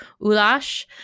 Ulash